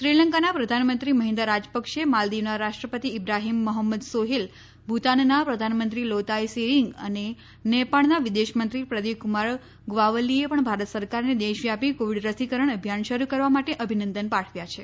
શ્રીલંકાના પ્રધાનમંત્રી મહિંદા રાજપક્ષે માલદીવના રાષ્ટ્રપતિ ઈબ્રાહીમ મોહમદ સોહેલ ભુતાનના પ્રધાનમંત્રી લોતાય સેરીંગ અને નેપાળના વિદેશમંત્રી પ્રદિપકુમાર ગ્વાવલીએ પણ ભારત સરકારને દેશ વ્યાપી કોવિડ રસીકરણ અભિયાન શરૂ કરવા માટે અભિનંદન પાઠવ્યા છે